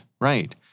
right